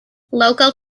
local